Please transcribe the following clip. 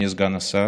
סגן השר,